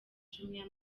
jumia